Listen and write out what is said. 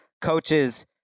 coaches